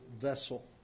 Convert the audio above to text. vessel